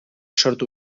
sortu